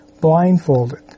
blindfolded